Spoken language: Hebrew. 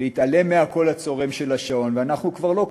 להתעלם מהקול הצורם של השעון ואנחנו כבר לא קמים.